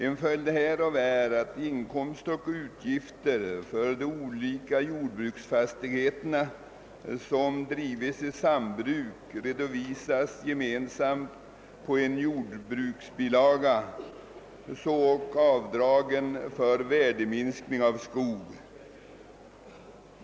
En följd härav är att inkomster och utgifter för de olika jordbruksfastigheterna som drives i sambruk redovisas gemensamt på en jordbruksbilaga; så ock avdragen för värdeminskning av skog.